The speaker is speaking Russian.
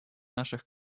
наших